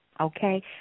Okay